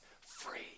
free